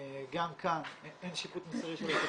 גם כאן אין שיפוט מוסרי של התופעה,